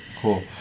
Cool